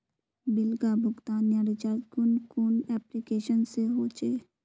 Bill का भुगतान या रिचार्ज कुन कुन एप्लिकेशन से होचे?